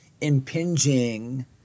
impinging